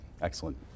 Excellent